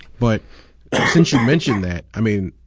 but since you mentioned that, i mean,